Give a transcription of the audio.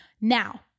now